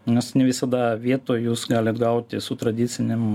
nes visada vietoj jūs galit gauti su tradicinėm